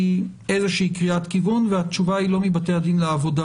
איזושהי קריאת כיוון והתשובה היא לא מבתי הדין לעבודה.